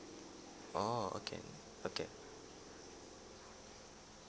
orh okay okay